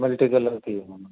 multicolour colour थी वेंदा हुनमें